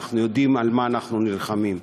אנחנו יודעים על מה אנחנו נלחמים,